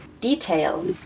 detail